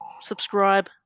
subscribe